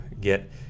get